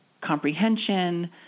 comprehension